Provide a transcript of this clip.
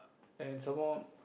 and some more